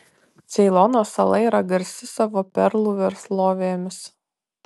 ceilono sala yra garsi savo perlų verslovėmis